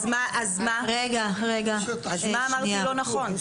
אז מה אמרתי לא נכון?